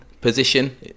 position